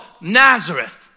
nazareth